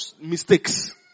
mistakes